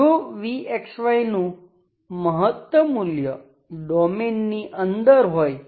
જો v નું મહત્તમ મૂલ્ય ડોમેઈનની અંદર હોય